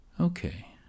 Okay